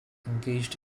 engaged